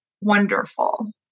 wonderful